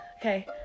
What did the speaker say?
Okay